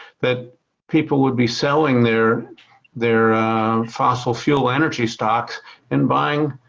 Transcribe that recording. that people would be selling their their fossil fuel energy stock and buying